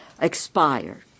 expired